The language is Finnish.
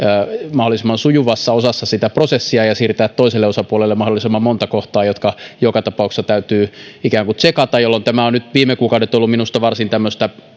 mahdollisimman sujuvassa osassa sitä prosessia ja siirtää toiselle osapuolelle mahdollisimman monta kohtaa jotka joka tapauksessa täytyy ikään kuin tsekata tässä on nyt viime kuukaudet ollut esillä minusta varsin tämmöinen